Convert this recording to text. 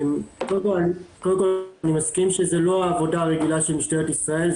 קודם כל אני מסכים שזו לא העבודה הרגילה של משטרה ישראל,